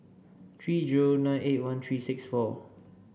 three zero nine eight one three six four